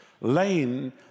lane